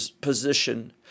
position